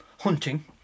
hunting